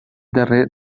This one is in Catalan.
darrer